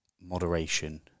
moderation